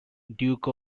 duke